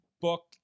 Book